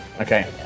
Okay